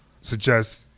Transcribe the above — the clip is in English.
suggest –